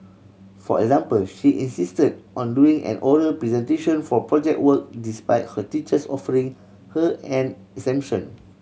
for example she insisted on doing an oral presentation for Project Work despite her teachers offering her an exemption